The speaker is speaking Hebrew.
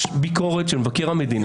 יש ביקורת של מבקר המדינה.